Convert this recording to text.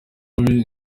bubi